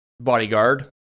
bodyguard